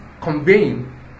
conveying